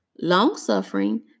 long-suffering